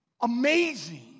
amazing